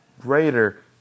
greater